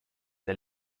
der